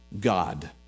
God